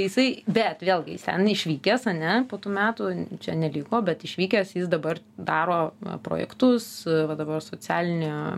jisai bet vėlgi jis ten išvykęs ane po tų metų čia neliko bet išvykęs jis dabar daro projektus va dabar socialinio